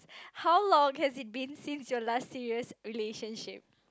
how long has it been since your last serious relationship